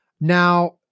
now